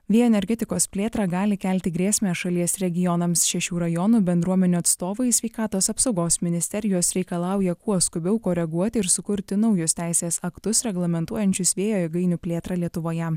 vėjo energetikos plėtra gali kelti grėsmę šalies regionams šešių rajonų bendruomenių atstovai sveikatos apsaugos ministerijos reikalauja kuo skubiau koreguoti ir sukurti naujus teisės aktus reglamentuojančius vėjo jėgainių plėtrą lietuvoje